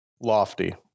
Lofty